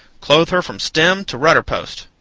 clothe her from stem to rudder-post!